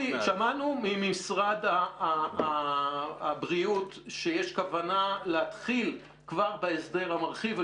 שמענו ממשרד הבריאות שיש כוונה להתחיל כבר בהסדר המרחיב,